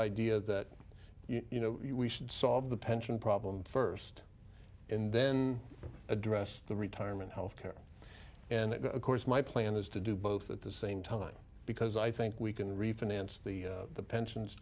idea that you know we should solve the pension problem first in then address the retirement health care and of course my plan is to do both at the same time because i think we can refinance the pensions